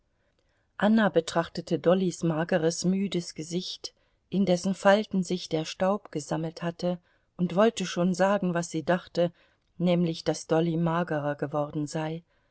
anna betrachtete dollys mageres müdes gesicht in dessen falten sich der staub gesammelt hatte und wollte schon sagen was sie dachte nämlich daß dolly magerer geworden sei